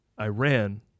Iran